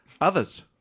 Others